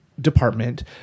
department